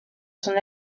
son